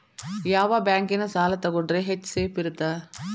ಯಾವ ಬ್ಯಾಂಕಿನ ಸಾಲ ತಗೊಂಡ್ರೆ ಹೆಚ್ಚು ಸೇಫ್ ಇರುತ್ತಾ?